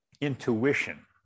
intuition